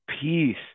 peace